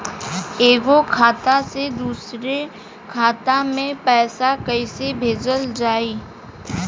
एगो खाता से दूसरा खाता मे पैसा कइसे भेजल जाई?